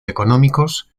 económicos